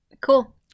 Cool